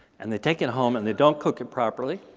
and they take it home and they don't cook it properly,